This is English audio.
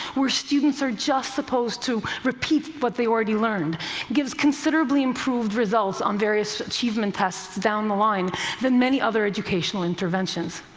where students are just supposed to repeat what they already learned gives considerably improved results on various achievement tests down the line than many other educational interventions.